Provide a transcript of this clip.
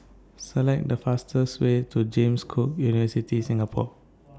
Select The fastest Way to James Cook University Singapore